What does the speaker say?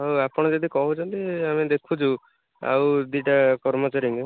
ହଉ ଆପଣ ଯଦି କହୁଛନ୍ତି ଆମେ ଦେଖୁଛୁ ଆଉ ଦୁଇଟା କର୍ମଚାରୀଙ୍କୁ